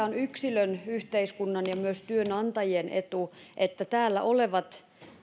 on yksilön yhteiskunnan ja myös työnantajien etu että täällä olevat